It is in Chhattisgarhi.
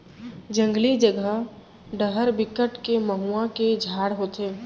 जंगली जघा डहर बिकट के मउहा के झाड़ होथे